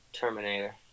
Terminator